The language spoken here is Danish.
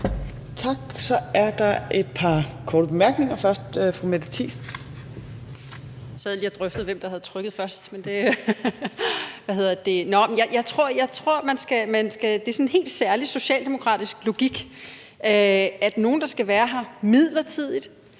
Tak. Så er der et par korte bemærkninger. Først er det fru Mette Thiesen. Kl. 18:53 Mette Thiesen (NB): Jeg tror, det er sådan en helt særlig socialdemokratisk logik, at nogle, der skal være her midlertidigt,